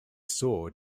sword